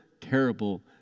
terrible